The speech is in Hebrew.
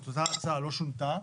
שההצעה לא שונתה